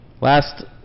Last